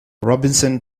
robinson